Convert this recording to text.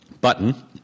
button